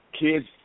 kids